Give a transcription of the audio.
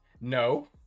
no